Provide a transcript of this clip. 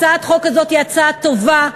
הצעת החוק הזאת היא הצעה טובה.